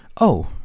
Oh